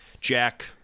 Jack